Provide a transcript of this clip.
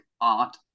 art